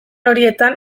horietan